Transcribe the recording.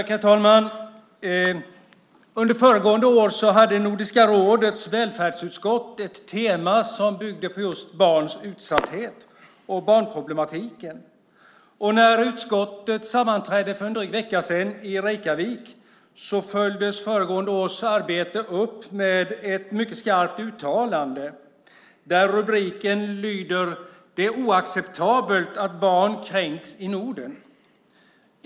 Herr talman! Under föregående år hade Nordiska rådets välfärdsutskott ett tema som byggde på just barns utsatthet och barnproblematiken. När utskottet sammanträdde för en dryg vecka sedan i Reykjavik följdes föregående års arbete upp med ett mycket skarpt uttalande. Rubriken lyder: Det är oacceptabelt att barn kränks i Norden.